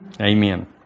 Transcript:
Amen